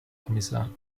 kommissar